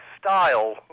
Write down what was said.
style